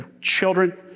children